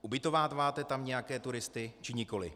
Ubytováváte tam nějaké turisty, či nikoliv?